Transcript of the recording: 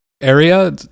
area